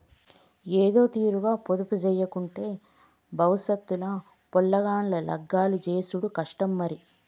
ఏదోతీరుగ పొదుపుజేయకుంటే బవుసెత్ ల పొలగాండ్ల లగ్గాలు జేసుడు కష్టం మరి